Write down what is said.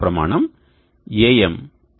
ప్రమాణం AM1